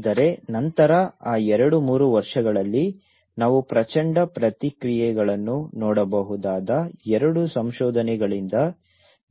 ಆದರೆ ನಂತರ ಆ ಎರಡು ಮೂರು ವರ್ಷಗಳಲ್ಲಿ ನಾವು ಪ್ರಚಂಡ ಪ್ರತಿಕ್ರಿಯೆಗಳನ್ನು ನೋಡಬಹುದಾದ ಎರಡು ಸಂಶೋಧನೆಗಳಿಂದ